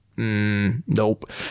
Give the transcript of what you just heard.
Nope